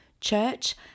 church